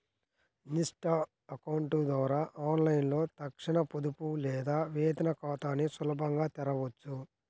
Insta account ద్వారా ఆన్లైన్లో తక్షణ పొదుపు లేదా వేతన ఖాతాని సులభంగా తెరవొచ్చు